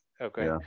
Okay